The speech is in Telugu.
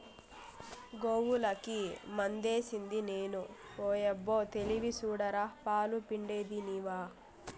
గోవులకి మందేసిది నేను ఓయబ్బో తెలివి సూడరా పాలు పిండేది నీవా